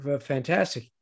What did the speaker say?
fantastic